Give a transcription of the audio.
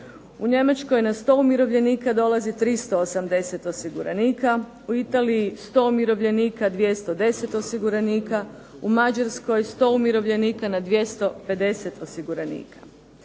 U Njemačkoj na 100 umirovljenika dolazi 380 osiguranika, u Italiji 100 umirovljenika 210 osiguranika, u Mađarskoj 100 umirovljenika na 250 osiguranika.